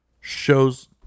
shows